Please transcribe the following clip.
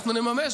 ואנחנו נממש,